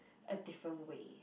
a different way